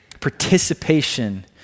Participation